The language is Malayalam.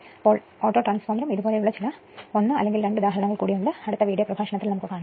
അതിനാൽ ഓട്ടോട്രാൻസ്ഫോർമറും ഇതുപോലുള്ള ചില 1 അല്ലെങ്കിൽ 2 ഉദാഹരണങ്ങൾ കൂടി ഉണ്ട് അടുത്ത വീഡിയോ പ്രഭാഷണത്തിൽ നമുക്ക് കാണാം